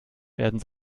werden